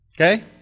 Okay